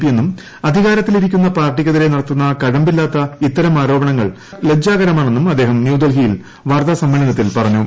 പിയെന്നും അധികാരത്തിലിരിക്കുന്ന പാർട്ടിക്കെതിരെ നടത്തുന്ന കഴമ്പില്ലാത്ത ഇത്തരം ആരോപണങ്ങൾ ലജ്ജാകരമാണെന്നും അദ്ദേഹം ന്യൂഡൽഹിയിൽ വാർത്താസമ്മേളനത്തിൽ പറഞ്ഞു